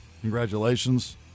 congratulations